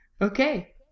Okay